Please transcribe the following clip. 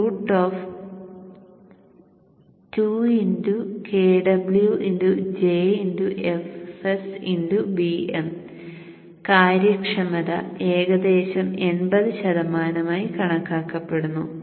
Ap Po11η√ 2KwJfsBm കാര്യക്ഷമത ഏകദേശം എൺപത് ശതമാനമായി കണക്കാക്കപ്പെടുന്നു